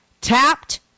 tapped